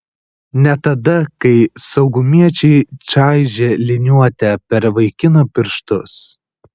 ne tada kai saugumiečiai čaižė liniuote per vaikino pirštus